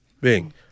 Bing